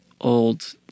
old